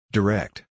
Direct